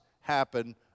happen